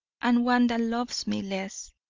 and one that loves me less,